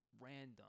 random